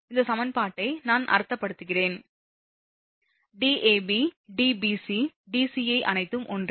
இந்த சமன்பாட்டை நான் அர்த்தப்படுத்துகிறேன் Dab Dbc Dca அனைத்தும் ஒன்றே